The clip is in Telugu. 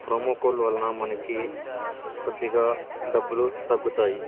ప్రోమో కోడ్లు వలన మనకి కొద్దిగా డబ్బులు తగ్గుతాయి